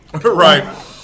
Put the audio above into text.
Right